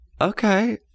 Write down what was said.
Okay